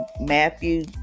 Matthew